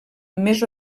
més